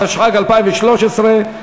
התשע"ג 2013,